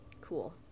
Cool